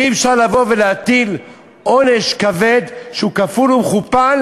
אי-אפשר לבוא ולהטיל עונש כבד שהוא כפול ומכופל